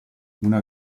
una